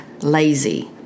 lazy